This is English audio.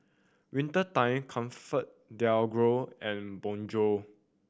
Winter Time ComfortDelGro and Bonjour